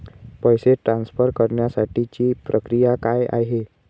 पैसे ट्रान्सफर करण्यासाठीची प्रक्रिया काय आहे?